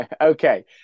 Okay